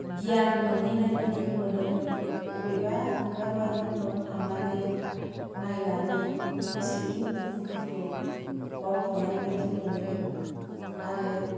गियान मोनहैनाय बायदि मोनो अबेबा बिबिर बारिफ्राव थांनानै नायनानै गोसोनि दुखुफोरखौ बावथनाय बायदि मोनो आरो